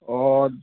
অঁ